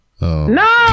No